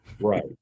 right